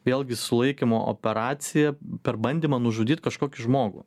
vėlgi sulaikymo operacija per bandymą nužudyt kažkokį žmogų